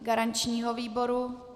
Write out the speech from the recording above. Garančního výboru?